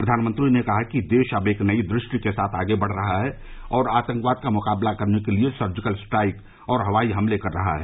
प्रधानमंत्री ने कहा कि देश अब एक नई दृष्टि के साथ आगे बढ़ रहा है और आतंकवाद का मुकाबला करने के लिए सर्जिकल स्ट्राइक और हवाई हमले कर रहा है